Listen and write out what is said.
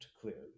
clearly